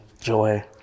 Joy